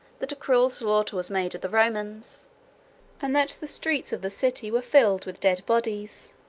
that a cruel slaughter was made of the romans and that the streets of the city were filled with dead bodies,